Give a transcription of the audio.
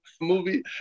movie